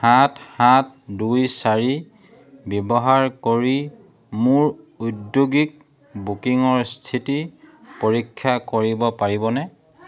সাত সাত দুই চাৰি ব্যৱহাৰ কৰি মোৰ ঔদ্যোগিক বুকিঙৰ স্থিতি পৰীক্ষা কৰিব পাৰিবনে